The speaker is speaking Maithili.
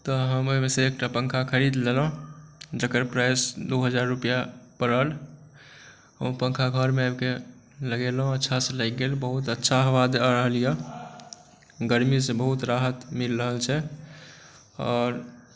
तऽ हम ओहिमेसँ एकटा पँखा खरीद लेलहुँ जकर प्राइस दुइ हजार रुपैआ पड़ल ओ पँखा घरमे आबिके लगेलहुँ अच्छासँ लागि गेल बहुत अच्छा हवा दऽ रहल अइ गरमीसँ बहुत राहत मिल रहल छै आओर